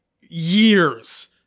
years